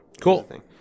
Cool